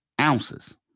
ounces